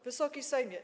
Wysoki Sejmie!